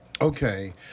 Okay